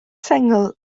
sengl